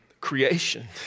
creation